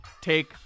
take